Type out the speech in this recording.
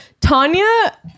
Tanya